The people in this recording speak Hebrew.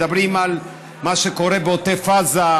מדברים על מה שקורה בעוטף עזה,